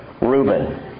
Reuben